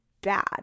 bad